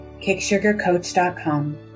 KickSugarCoach.com